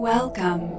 Welcome